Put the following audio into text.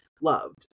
loved